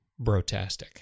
brotastic